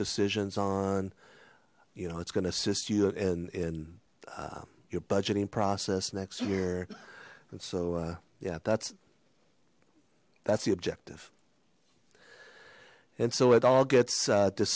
decisions on you know it's going to assist you in in your budgeting process next year and so uh yeah that's that's the objective and so it all gets